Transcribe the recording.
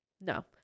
no